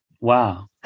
Wow